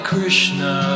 Krishna